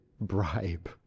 bribe